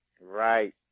Right